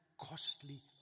costly